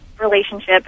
relationship